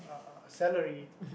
uh salary